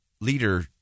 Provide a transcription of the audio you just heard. leader